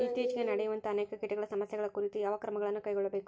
ಇತ್ತೇಚಿಗೆ ನಡೆಯುವಂತಹ ಅನೇಕ ಕೇಟಗಳ ಸಮಸ್ಯೆಗಳ ಕುರಿತು ಯಾವ ಕ್ರಮಗಳನ್ನು ಕೈಗೊಳ್ಳಬೇಕು?